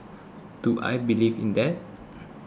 do I believe in that